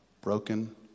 broken